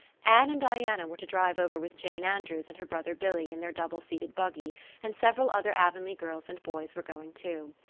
anne and diana were to drive over with jane andrews and her brother billy in their double-seated buggy and several other avonlea girls and boys were going too.